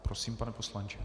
Prosím, pane poslanče.